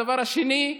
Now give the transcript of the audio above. הדבר השני: